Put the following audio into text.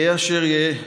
יהא אשר יהא,